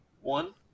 One